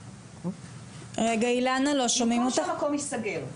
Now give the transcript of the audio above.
במקום שהמקום ייסגר,